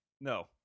no